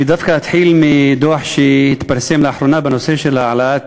אני דווקא אתחיל מדוח שהתפרסם לאחרונה בנושא של העלאת